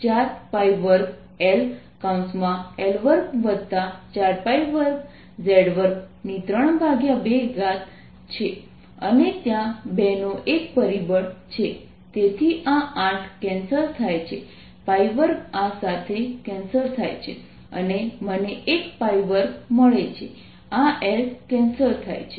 Azza2NIL2×8342L L242z232 2a2NILL242z232 અને ત્યાં 2 નો એક પરિબળ છે તેથી આ 8 કેન્સલ થાય છે 2 આ સાથે કેન્સલ થાય છે અને મને એક 2 મળે છે આ L કેન્સલ થાય છે